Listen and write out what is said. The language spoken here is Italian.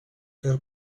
per